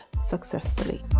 successfully